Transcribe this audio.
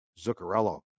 Zuccarello